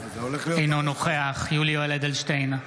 אינו נוכח יולי יואל אדלשטיין,